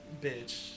bitch